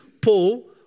Paul